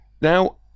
Now